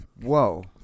Whoa